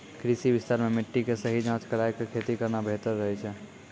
कृषि विस्तार मॅ मिट्टी के सही जांच कराय क खेती करना बेहतर रहै छै